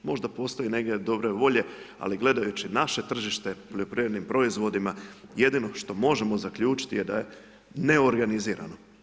Možda postoji negdje dobre volje, ali gledajući naše tržište poljoprivrednim proizvodima, jedino što možemo zaključiti da je neorganizirano.